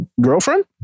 girlfriend